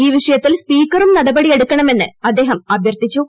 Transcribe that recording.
ഈ വിഷയത്തിൽ സ്പീക്കറും നടപടിയെടുക്കണമെന്ന് അദ്ദേഹം അഭ്യർത്ഥിച്ചു